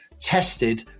tested